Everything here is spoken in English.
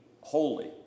holy